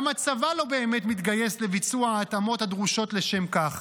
גם הצבא לא באמת מתגייס לביצוע ההתאמות הדרושות לשם כך,